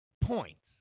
points